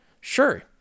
Sure